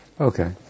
Okay